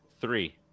three